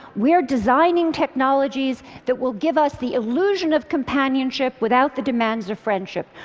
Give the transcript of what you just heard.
we're designing technologies that will give us the illusion of companionship without the demands of friendship.